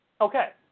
Okay